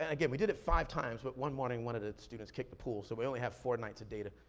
and again, we did it five times, but one morning, one of the students kicked the pool, so we only had four nights of data.